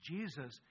Jesus